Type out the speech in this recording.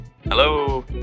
Hello